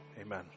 Amen